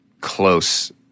close –